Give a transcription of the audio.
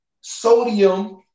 sodium